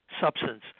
Substance